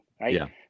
right